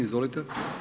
Izvolite.